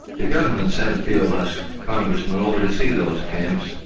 the government sent a few of us congressmen over to see those camps.